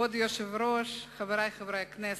כבוד היושב-ראש, חברי חברי הכנסת,